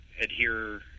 adhere